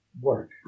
work